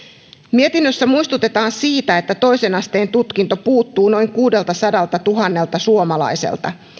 mietinnössä muistutetaan siitä että toisen asteen tutkinto puuttuu noin kuudeltasadaltatuhannelta suomalaiselta